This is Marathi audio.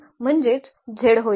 तर म्हणजेच z होईल